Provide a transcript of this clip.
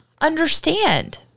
understand